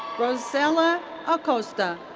rosayeela acosta.